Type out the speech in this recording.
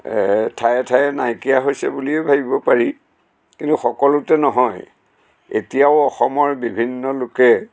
এহ ঠায়ে ঠায়ে নাইকিয়া হৈছে বুলিয়েই ভাবিব পাৰি কিন্তু সকলোতে নহয় এতিয়াও অসমৰ বিভিন্ন লোকে